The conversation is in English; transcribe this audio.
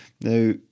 Now